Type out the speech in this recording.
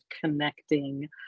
connecting